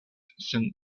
sen